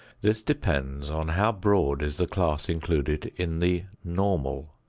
this depends on how broad is the class included in the normal.